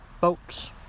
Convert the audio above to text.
boats